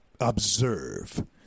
observe